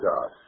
God